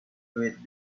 with